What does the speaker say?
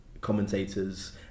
commentators